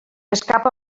escapa